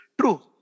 True